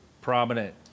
prominent